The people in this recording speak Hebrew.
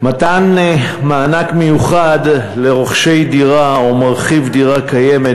מתן מענק מיוחד לרוכש דירה או מרחיב דירה קיימת